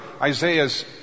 Isaiah's